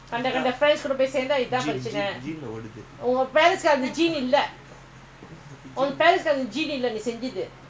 I ah I yishun gangster I gangster for my own house gangster என்பேச்சதாகேக்கணும்:en peechathaa keekanum